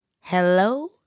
hello